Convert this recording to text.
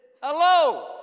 Hello